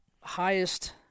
highest